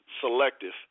selective